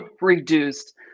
reduced